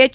H